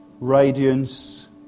radiance